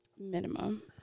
Minimum